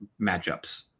matchups